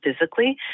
physically